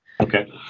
Okay